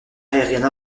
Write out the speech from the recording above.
aérienne